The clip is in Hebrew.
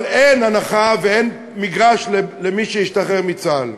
אבל אין הנחה ואין מגרש למי שהשתחרר מצה"ל.